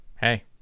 hey